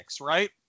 Right